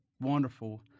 wonderful